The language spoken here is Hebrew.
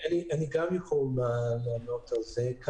אני גם יכול לענות על זה.